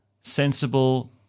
sensible